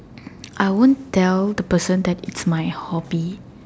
I won't tell the person that it's my hobby